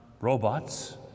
robots